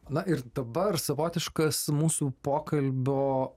na ir dabar savotiškas mūsų pokalbio